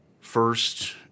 first